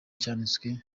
cyanditswe